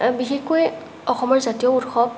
বিশেষকৈ অসমৰ জাতীয় উৎসৱ